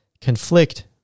conflict